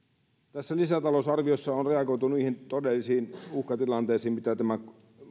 tässä lisätalousarviossa on reagoitu niihin todellisiin uhkatilanteisiin mitä tämä